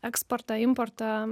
eksportą importą